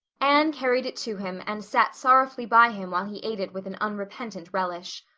anne carried it to him and sat sorrowfully by him while he ate it with an unrepentant relish.